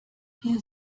hier